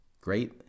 great